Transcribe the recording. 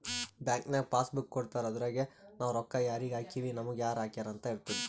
bank ನಾಗ್ passbook ಕೊಡ್ತಾರ ಅದುರಗೆ ನಾವ್ ರೊಕ್ಕಾ ಯಾರಿಗ ಹಾಕಿವ್ ನಮುಗ ಯಾರ್ ಹಾಕ್ಯಾರ್ ಅಂತ್ ಇರ್ತುದ್